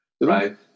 right